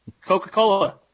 Coca-Cola